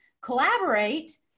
collaborate